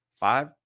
Five